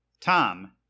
Tom